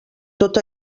tot